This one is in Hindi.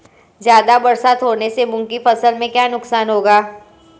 ज़्यादा बरसात होने से मूंग की फसल में क्या नुकसान होगा?